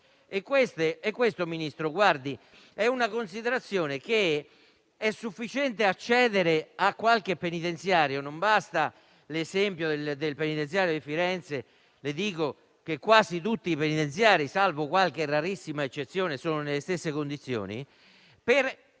agente. Ministro, è sufficiente accedere a qualche penitenziario - e non basta l'esempio del penitenziario di Firenze: le dico che quasi tutti i penitenziari, salvo qualche rarissima eccezione, sono nelle stesse condizioni - per